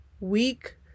week